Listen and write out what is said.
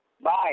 Bye